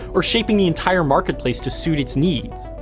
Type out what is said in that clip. or shaping the entire marketplace to suit its needs.